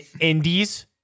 Indies